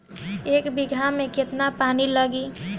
एक बिगहा में केतना पानी लागी?